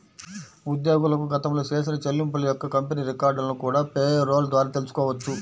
ఉద్యోగులకు గతంలో చేసిన చెల్లింపుల యొక్క కంపెనీ రికార్డులను కూడా పేరోల్ ద్వారా తెల్సుకోవచ్చు